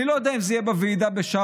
אני לא יודע אם זה יהיה בוועידה בשארם,